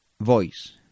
Voice